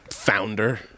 Founder